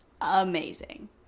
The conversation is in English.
amazing